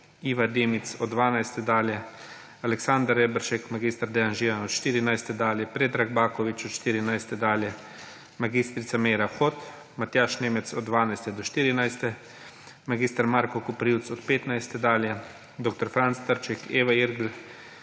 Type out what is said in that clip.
Iva Dimic od 12. dalje, Aleksander Reberšek, mag. Dejan Židan od 14. ure dalje, Predrag Baković od 14. ure dalje, mag. Meira Hot, Matjaž Nemec od 12. do 14. ure, mag. Marko Koprivc od 15. dalje, dr. Franc Trček, Eva Irgl,